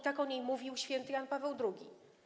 Tak o niej mówił św. Jan Paweł II.